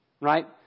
right